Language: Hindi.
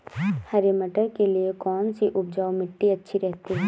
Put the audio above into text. हरे मटर के लिए कौन सी उपजाऊ मिट्टी अच्छी रहती है?